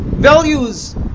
Values